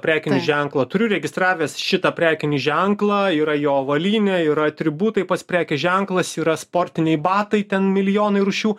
prekinį ženklą turiu registravęs šitą prekinį ženklą yra jo avalynė yra atributai pats prekės ženklas yra sportiniai batai ten milijonai rūšių